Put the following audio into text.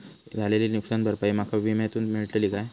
झालेली नुकसान भरपाई माका विम्यातून मेळतली काय?